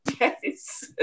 Yes